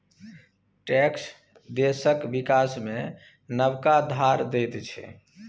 tax देशक बिकास मे नबका धार दैत छै